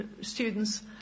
students